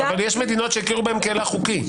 אבל יש מדינות שהכירו בהן כהילך חוקי,